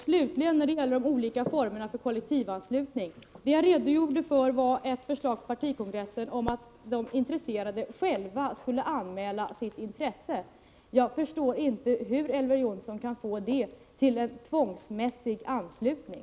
Slutligen till de olika formerna för kollektivanslutning. Det jag redogjorde för var ett förslag på partikongressen om att de intresserade själva skulle anmäla sitt intresse. Jag förstår inte hur Elver Jonsson kan få det till en tvångsmässig anslutning.